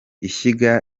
ishyiga